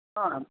ହଁ